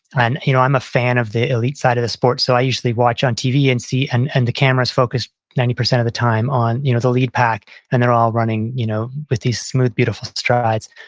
and you know i'm a fan of the elite side of the sport. so i usually watch on tv and and and the camera's focused ninety percent of the time on you know the lead pack and they're all running you know with these smooth, beautiful strides.